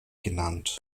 genannt